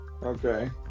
okay